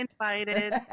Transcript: invited